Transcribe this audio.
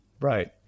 Right